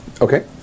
Okay